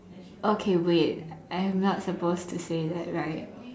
okay wait I am not supposed to say that right